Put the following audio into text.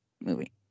movie